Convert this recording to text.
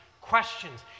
Questions